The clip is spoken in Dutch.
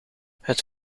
het